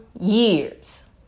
years